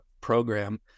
program